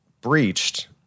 breached